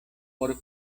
por